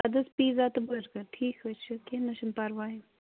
اَدٕ حظ پیٖزا تہٕ بٔرگَر ٹھیٖک حظ چھُ کیٚنٛہہ نہَ چھُنہٕ پَرواے